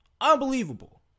Unbelievable